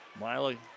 Miley